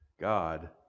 God